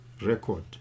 record